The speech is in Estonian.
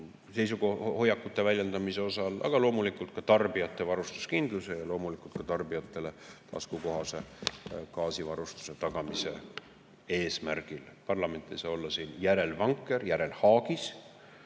kriisi hoiakute väljendamisel, aga loomulikult ka tarbijate varustuskindluse ja tarbijatele taskukohase gaasivarustuse tagamise eesmärgil. Parlament ei saa olla siin järelvanker, järelhaagis.